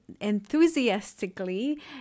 Enthusiastically